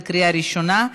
בקריאה ראשונה.